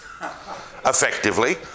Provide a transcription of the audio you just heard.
effectively